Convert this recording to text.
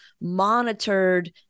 monitored